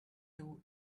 two